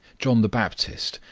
john the baptist,